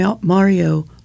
Mario